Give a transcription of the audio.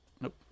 nope